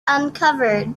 uncovered